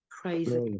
crazy